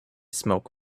smoke